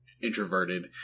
introverted